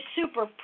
super